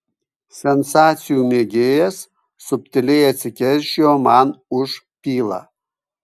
sensacijų mėgėjas subtiliai atsikeršijo man už pylą